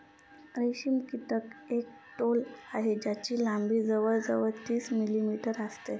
रेशम कीटक एक टोळ आहे ज्याची लंबी जवळ जवळ तीस मिलीमीटर असते